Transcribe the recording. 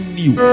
new